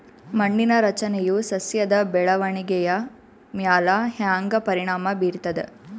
ಮಣ್ಣಿನ ರಚನೆಯು ಸಸ್ಯದ ಬೆಳವಣಿಗೆಯ ಮ್ಯಾಲ ಹ್ಯಾಂಗ ಪರಿಣಾಮ ಬೀರ್ತದ?